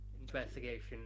investigation